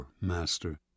master